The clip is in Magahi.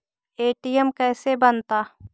ए.टी.एम कैसे बनता?